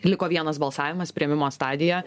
liko vienas balsavimas priėmimo stadija